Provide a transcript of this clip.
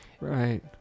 Right